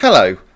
Hello